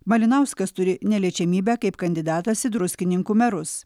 malinauskas turi neliečiamybę kaip kandidatas į druskininkų merus